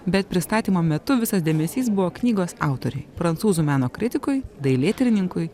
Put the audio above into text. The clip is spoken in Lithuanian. bet pristatymo metu visas dėmesys buvo knygos autoriui prancūzų meno kritikui dailėtyrininkui